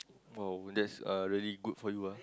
!wow! that's uh really good for you ah